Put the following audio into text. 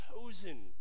chosen